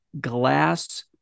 glass